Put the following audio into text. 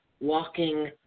walking